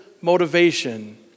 motivation